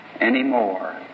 anymore